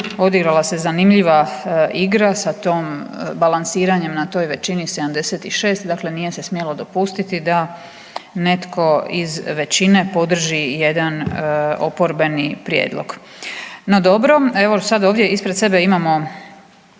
odigrala se zanimljiva igra sa tom, balansiranjem na toj većini 76, dakle nije se smjelo dopustiti da netko iz većine podrži jedan oporbeni prijedlog. No dobro, evo sad ovdje ispred sebe imamo